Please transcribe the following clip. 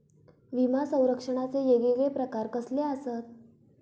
विमा सौरक्षणाचे येगयेगळे प्रकार कसले आसत?